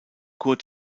kurt